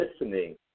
listening